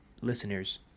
listeners